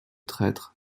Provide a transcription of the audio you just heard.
traîtres